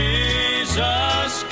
Jesus